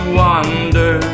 wander